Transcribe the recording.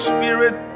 spirit